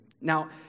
Now